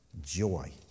joy